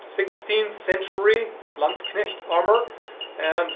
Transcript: sixteenth century landsknecht armor and